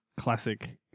classic